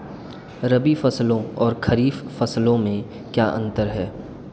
रबी फसलों और खरीफ फसलों में क्या अंतर है?